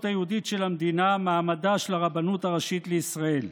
היהודית של המדינה מעמדה של הרבנות הראשית לישראל.